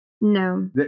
no